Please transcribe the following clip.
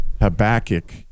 Habakkuk